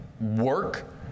work